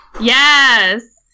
Yes